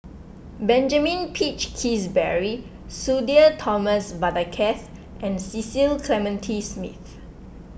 Benjamin Peach Keasberry Sudhir Thomas Vadaketh and Cecil Clementi Smith